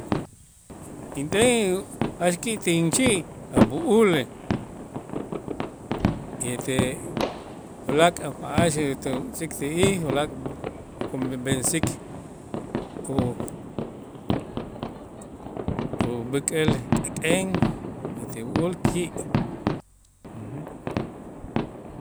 Inten jach ki' tin chi' a' b'u'ulej ete ulaak' b'a'ax ete tz'ik ti'ij ulaak' kub'eb'ensik o- o b'äk'el k'ek'en etel b'u'ul ki'.